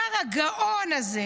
השר הגאון הזה,